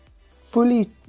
fully